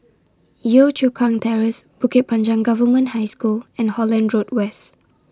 Yio Chu Kang Terrace Bukit Panjang Government High School and Holland Road West